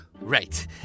Right